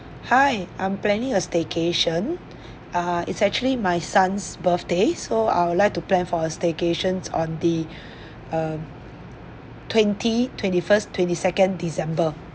hi I'm planning a staycation ah it's actually my son's birthday so I would like to plan for a staycations on the um twenty twenty first twenty second december